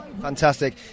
Fantastic